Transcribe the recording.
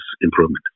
improvement